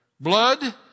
Blood